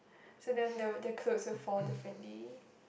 so then the the clothes will fall differently